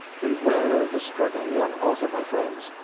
beware of the struggling young author, my friends.